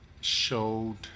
showed